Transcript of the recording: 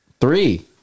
Three